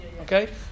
Okay